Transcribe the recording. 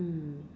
mm